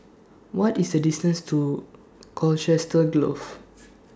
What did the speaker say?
What IS The distance to Colchester Grove